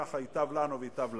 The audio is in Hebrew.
כך ייטב לנו וייטב לעם.